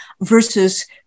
versus